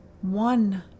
one